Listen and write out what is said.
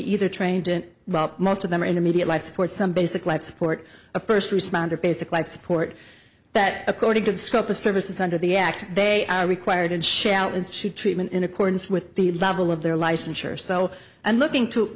either trained and most of them are in immediate life support some basic life support a first responder basic life support that according to the scope of services under the act they are required and shout and treatment in accordance with the level of their licensure so i'm looking to